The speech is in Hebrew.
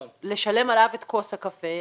ולשלם עליו את כוס הקפה,